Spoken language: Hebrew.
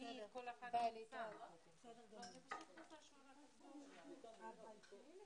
אני אומר לך את האמת,